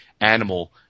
animal